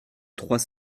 trois